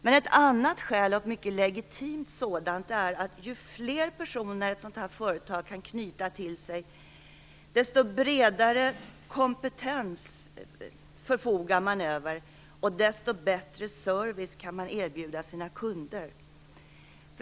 Men ett annat skäl - och ett mycket legitimt sådant - är att ju fler personer som företaget kan knyta till sig, desto bredare kompetens förfogar man över och desto bättre service kan man erbjuda sina kunder.